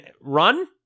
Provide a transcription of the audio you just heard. run